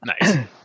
Nice